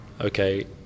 okay